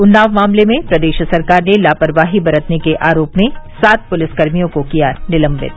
उन्नाव मामले में प्रदेश सरकार ने लापरवाही बरतने के आरोप में सात पुलिसकर्मियों को किया निलम्बित